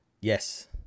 Yes